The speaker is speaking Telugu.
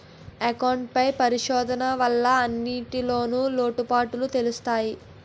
అకౌంట్ పై పరిశోధన వల్ల అన్నింటిన్లో లోటుపాటులు తెలుత్తయి